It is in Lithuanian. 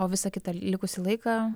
o visą kitą likusį laiką